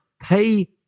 pay